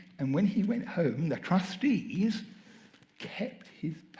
and when he went home, the trustees kept his